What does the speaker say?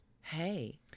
Hey